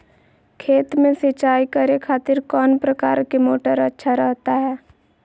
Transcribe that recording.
खेत में सिंचाई करे खातिर कौन प्रकार के मोटर अच्छा रहता हय?